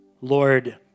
Lord